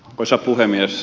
arvoisa puhemies